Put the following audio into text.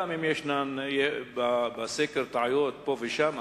גם אם ישנן בסקר טעויות פה ושם,